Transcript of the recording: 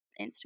Instagram